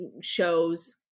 shows